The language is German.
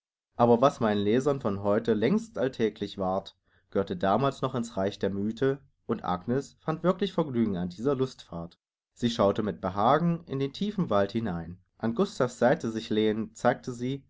aber was meinen lesern von heute längst alltäglich ward gehörte damals noch in's reich der mythe und agnes fand wirklich vergnügen an dieser lustfahrt sie schaute mit behagen in den tiefen wald hinein an gustav's seite sich lehnend zeigte sie